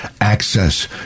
access